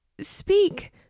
Speak